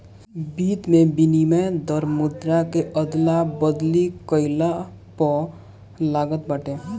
वित्त में विनिमय दर मुद्रा के अदला बदली कईला पअ लागत बाटे